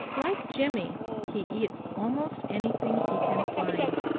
like jimmy he eats almost anything he can find.